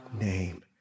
name